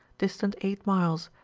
distant eight miles,